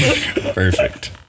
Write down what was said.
Perfect